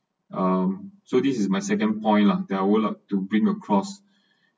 um so this is my second point lah that I would brought up to bring across